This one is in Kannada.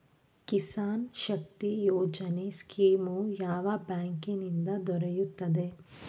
ಕಿಸಾನ್ ಶಕ್ತಿ ಯೋಜನೆ ಸ್ಕೀಮು ಯಾವ ಬ್ಯಾಂಕಿನಿಂದ ದೊರೆಯುತ್ತದೆ?